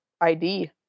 ID